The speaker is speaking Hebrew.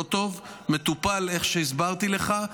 מטופל איך שהסברתי לך.